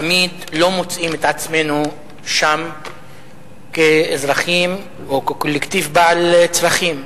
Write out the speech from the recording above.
תמיד לא מוצאים את עצמנו שם כאזרחים או כקולקטיב בעל צרכים,